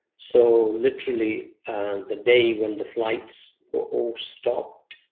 so literally the day when the flights were all stopped,